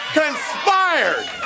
conspired